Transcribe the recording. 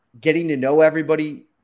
getting-to-know-everybody